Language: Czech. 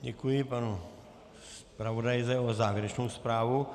Děkuji panu zpravodaji za jeho závěrečnou zprávu.